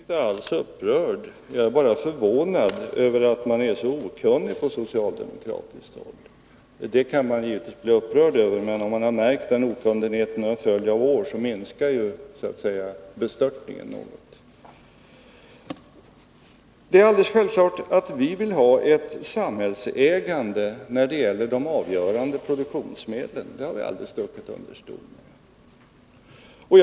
Herr talman! Jag är inte alls upprörd — jag är bara förvånad över att man är så okunnig på socialdemokratiskt håll. Det kan man givetvis bli upprörd över, men om man har märkt den okunnigheten under en följd av år så minskar bestörtningen något. Det är alldeles självklart att vi vill ha ett samhällsägande när det gäller de avgörande produktionsmedlen — det har vi aldrig stuckit under stol med.